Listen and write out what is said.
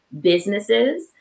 businesses